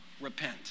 repent